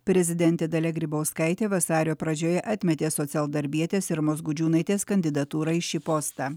prezidentė dalia grybauskaitė vasario pradžioje atmetė socialdarbietės irmos gudžiūnaitės kandidatūrą į šį postą